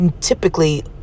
typically